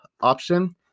option